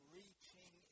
reaching